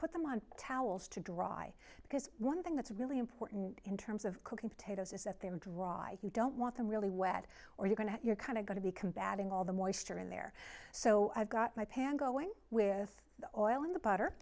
put them on towels to dry because one thing that's really important in terms of cooking potatoes is that they're dry you don't want them really wet or you're going to you're kind of going to be combating all the moisture in there so i've got my pan going with the oil in the butter